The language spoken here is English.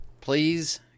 Please